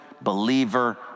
believer